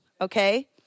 Okay